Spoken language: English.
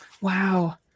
Wow